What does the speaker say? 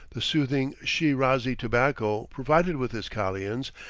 the soothing shi-razi tobacco provided with his kalians,